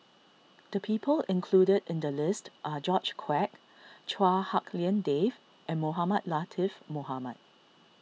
the people included in the list are George Quek Chua Hak Lien Dave and Mohamed Latiff Mohamed